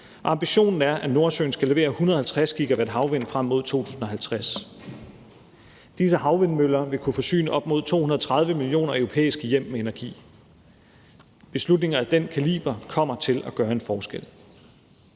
ambitionen er, at Nordsøen skal levere 150 GW fra havvind frem mod 2050. Disse havvindmøller vil kunne forsyne op mod 230 millioner europæiske hjem med energi. Beslutninger af den kaliber kommer til at gøre en forskel,